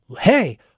hey